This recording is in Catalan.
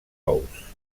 ous